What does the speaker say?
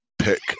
pick